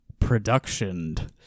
productioned